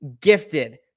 gifted